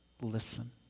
listen